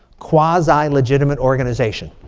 quasi-legitimate organization